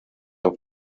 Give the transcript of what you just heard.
auf